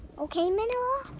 okay manilla?